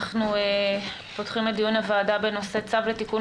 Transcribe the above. אנחנו פותחים את דיון הוועדה בנושא: צו לתיקון